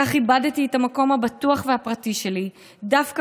כך איבדתי את המקום הבטוח והפרטי שלי דווקא